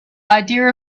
idea